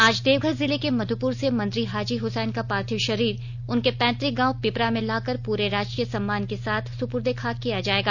आज देवघर जिले के मधुपर से मंत्री हाजी हुसैन का पार्थिव शरीर उनके पैतृक गांव पिपरा में लाकर पूरे राजकीय सम्मान के साथ सुपुर्द ए खाक किया जायेगा